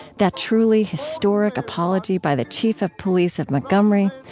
that truly historic apology by the chief of police of montgomery,